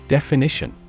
Definition